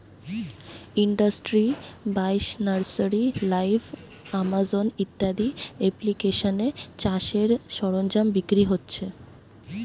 industry বাইশ, Nursery Live, Amazon ইত্যাদি এপ্লিকেশানে চাষের সরঞ্জাম বিক্রি হচ্ছে